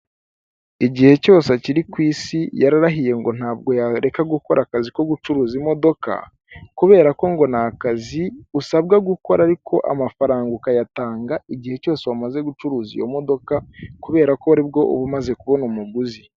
Igihe cyose akiri ku isi, yararahiye ngo ntabwo yareka gukora akazi ko gucuruza imodoka, kubera ko ngo ni akazi usabwa gukora ariko amafaranga ukayatanga igihe cyose wamaze gucuruza iyo modoka, kubera ko aribwo uba umaze kubona umuguzi.